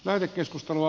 kiitos